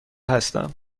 هستم